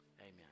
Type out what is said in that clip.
Amen